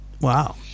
wow